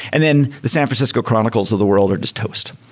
and then the san francisco chronicles of the world are just host.